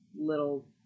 little